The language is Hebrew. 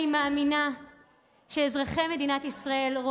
אני מאמינה שאזרחי מדינת ישראל מתבוננים,